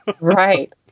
right